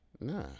Nah